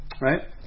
right